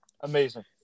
amazing